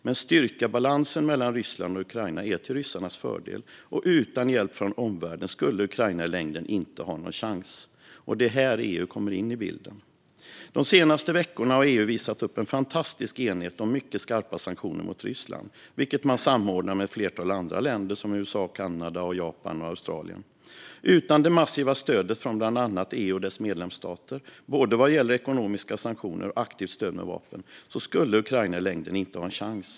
Men styrkebalansen mellan Ryssland och Ukraina är till ryssarnas fördel, och utan hjälp från omvärlden skulle Ukraina i längden inte ha någon chans. Det är här EU kommer in i bilden. De senaste veckorna har EU visat upp en fantastisk enighet om mycket skarpa sanktioner mot Ryssland, vilket man samordnar med ett flertal andra länder såsom USA, Kanada, Japan och Australien. Utan det massiva stödet från bland annat EU och dess medlemsstater, vad gäller både ekonomiska sanktioner och aktivt stöd med vapen, skulle Ukraina i längden inte ha en chans.